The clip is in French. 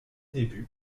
débuts